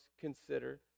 consider